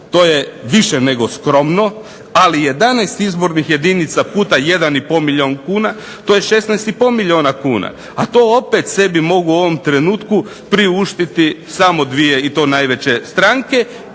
to je više nego skromno ali 11 izbornih jedinica puta 1,5 milijuna kuna to je 16,5 milijuna kuna, a to opet sebi mogu u ovom trenutku priuštiti samo dvije najveće stranke